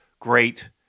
Great